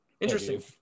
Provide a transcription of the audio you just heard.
interesting